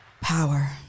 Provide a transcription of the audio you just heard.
power